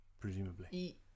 presumably